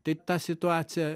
tai ta situacija